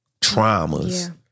traumas